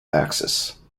axis